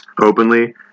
openly